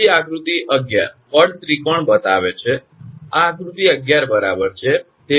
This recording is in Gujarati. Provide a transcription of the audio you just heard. તેથી આકૃતિ 11 બળ ત્રિકોણ બતાવે છે આ આકૃતિ 11 બરાબર છે